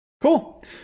Cool